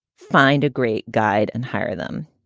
find a great guide. and hire them.